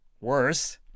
worse